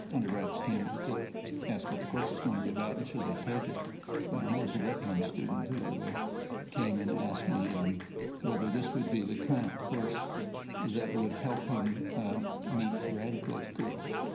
undergraduates came to to ask what the course was going to be about and should they take it. and i'll never forget one student who came and asked me whether this would be the kind of course that would help him meet radcliffe girls.